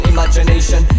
Imagination